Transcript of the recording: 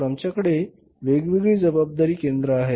तर आमच्याकडे चार जबाबदारी केंद्रे आहेत